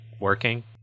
working